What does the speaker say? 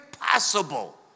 possible